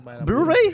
Blu-ray